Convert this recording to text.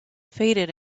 faded